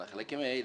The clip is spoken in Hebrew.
על החלקים האלה,